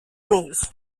leaves